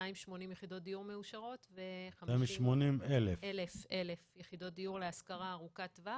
280 יחידות דיור מאושרות ו-80,000 יחידות להשכרה ארוכת טווח.